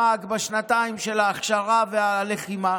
במאג, בשנתיים של ההכשרה והלחימה,